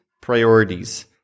priorities